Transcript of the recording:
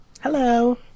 Hello